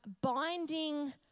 binding